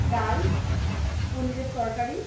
ডাল পনিরের তরকারি